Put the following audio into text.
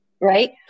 Right